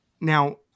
Now